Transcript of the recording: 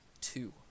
Two